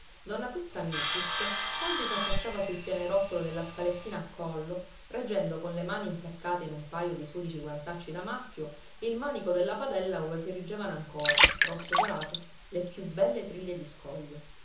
donna tuzza michis oggi s'affacciava sul pianerottolo della scalettina a collo reggendo con le mani insaccate in un pajo di sudici guantacci da maschio il manico della padella ove friggevano ancora rossodorate le più belle triglie di scoglio